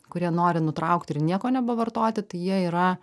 kurie nori nutraukt ir nieko nebevartoti tai jie yra